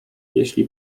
jeśli